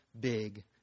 big